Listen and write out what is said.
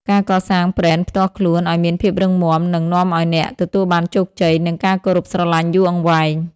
ការកសាងប្រេនផ្ទាល់ខ្លួន ឱ្យមានភាពរឹងមាំ នឹងនាំឱ្យអ្នកទទួលបានជោគជ័យ និងការគោរពស្រឡាញ់យូរអង្វែង។